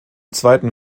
zweiten